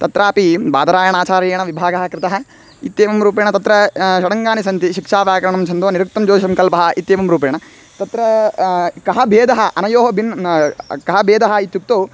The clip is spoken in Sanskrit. तत्रापि बादरायणाचार्येण विभागः कृतः इत्येवं रूपेण तत्र षडङ्गानि सन्ति शिक्षा व्याकरणं छन्दो निरुक्तं जोतिषं कल्पः इत्येवं रूपेण तत्र कः भेदः अनयोः भिन्नः कः भेदः इत्युक्तौ